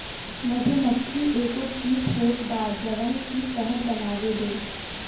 मधुमक्खी एगो कीट होत बा जवन की शहद बनावेले